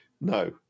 No